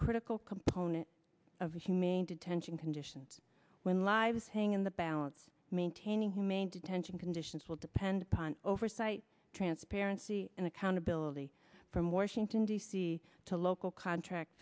critical component of humane detention conditions when lives hang in the balance maintaining humane detention conditions will depend upon oversight transparency and accountability from washington d c to local contract